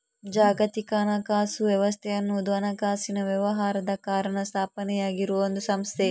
ಜಾಗತಿಕ ಹಣಕಾಸು ವ್ಯವಸ್ಥೆ ಅನ್ನುವುದು ಹಣಕಾಸಿನ ವ್ಯವಹಾರದ ಕಾರಣ ಸ್ಥಾಪನೆ ಆಗಿರುವ ಒಂದು ಸಂಸ್ಥೆ